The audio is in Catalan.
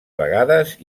vegades